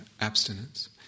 abstinence